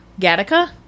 Gattaca